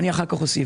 ואני אוסיף אחר כך.